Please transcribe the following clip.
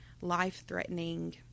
life-threatening